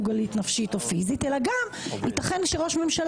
האמור בסעיף קטן (ב1) ייתכן כי ייקבע שראש הממשלה